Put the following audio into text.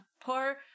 poor